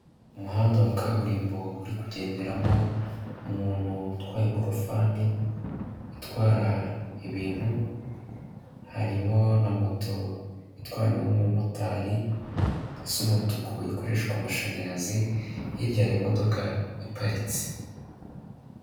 Umuhanda wa kaburimbo uri kugenderamo umuntu utwaye ingorofani itwara ibintu, harimo na moto, itwawe n'umumotari isa umutuku ikoreshwa amashanyarazi, hirya hari imodoka iparitse.